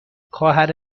خواهر